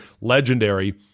legendary